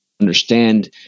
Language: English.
understand